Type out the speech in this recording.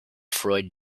freud